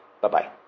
Bye-bye